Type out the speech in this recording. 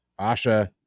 Asha